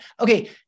Okay